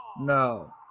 No